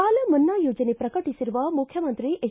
ಸಾಲ ಮನ್ನಾ ಯೋಜನೆ ಪ್ರಕಟಿಸಿರುವ ಮುಖ್ಯಮಂತ್ರಿ ಎಚ್